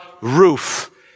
roof